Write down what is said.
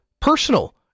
personal